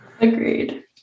Agreed